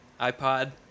iPod